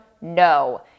no